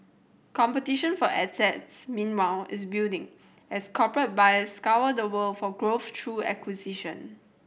competition for assets meanwhile is building as corporate buyers scour the world for growth through acquisition